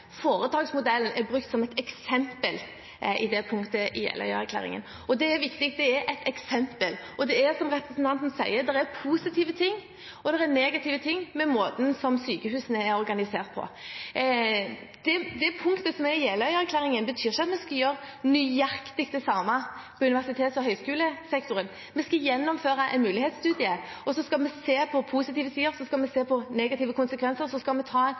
Foretaksmodellen er brukt som et eksempel i det punktet i Jeløya-erklæringen. Og det er viktig: Det er et eksempel. Det er, som representanten sier, positive ting og negative ting med måten sykehusene er organisert på. Det punktet i Jeløya-erklæringen betyr ikke at vi skal gjøre nøyaktig det samme på universitets- og høyskolesektoren. Vi skal gjennomføre en mulighetsstudie, og så skal vi se på positive sider og på negative konsekvenser, og så skal vi ta en